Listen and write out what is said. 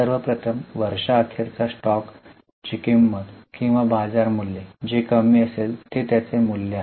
सर्वप्रथम वर्षा अखेर चा स्टॉक किंमत किंवा बाजार मूल्य जे जे कमी असेल ते त्याचे मूल्य आहे